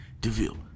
DeVille